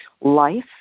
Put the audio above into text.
life